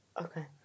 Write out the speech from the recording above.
Okay